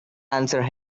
answer